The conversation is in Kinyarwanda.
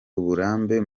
uburambe